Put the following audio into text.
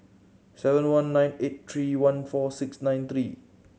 seven one nine eight three one four six nine three